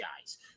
guys